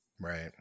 Right